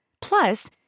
Plus